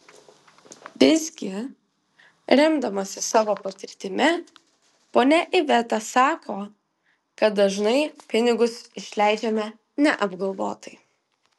visgi remdamasi savo patirtimi ponia iveta sako kad dažnai pinigus išleidžiame neapgalvotai